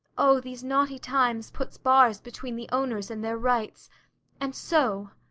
o! these naughty times puts bars between the owners and their rights and so,